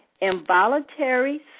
Involuntary